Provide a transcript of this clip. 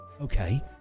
Okay